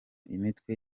imitwe